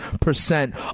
percent